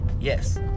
Yes